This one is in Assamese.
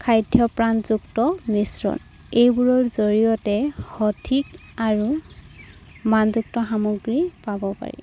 খাদ্যপ্ৰাণযুক্ত মিশ্ৰণ এইবোৰৰ জৰিয়তে সঠিক আৰু মানযুক্ত সামগ্ৰী পাব পাৰি